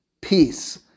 peace